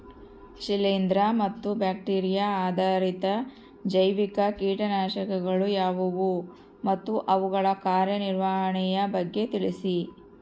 ಶಿಲೇಂದ್ರ ಮತ್ತು ಬ್ಯಾಕ್ಟಿರಿಯಾ ಆಧಾರಿತ ಜೈವಿಕ ಕೇಟನಾಶಕಗಳು ಯಾವುವು ಮತ್ತು ಅವುಗಳ ಕಾರ್ಯನಿರ್ವಹಣೆಯ ಬಗ್ಗೆ ತಿಳಿಸಿ?